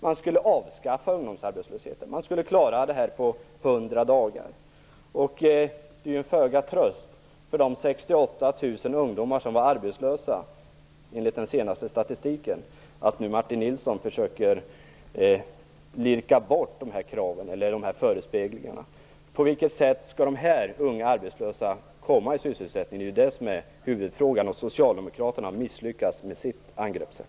Man skulle avskaffa ungdomsarbetslösheten på 100 dagar. Det är föga tröst för de 68 000 ungdomar som enligt den senaste statistiken var arbetslösa att Martin Nilsson nu försöker lirka sig bort från dessa förespeglingar. Huvudfrågan är hur dessa unga arbetslösa skall komma i sysselsättning. Socialdemokraterna har misslyckats med sitt angreppssätt.